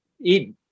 eat